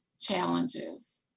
challenges